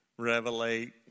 revelate